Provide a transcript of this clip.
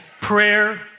prayer